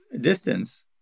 distance